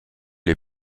les